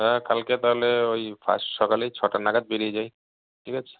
হ্যাঁ কালকে তালে ওই ফার্স্ট সকালেই ছটা নাগাদ বেরিয়ে যাই ঠিক আছে